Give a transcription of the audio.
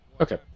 Okay